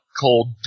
cold